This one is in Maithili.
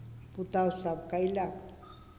पुतहुसभ कयलक